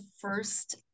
first